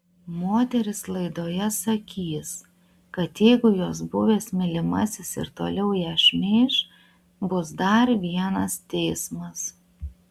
moteris laidoje sakys kad jeigu jos buvęs mylimasis ir toliau ją šmeiš bus dar vienas teismas